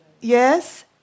Yes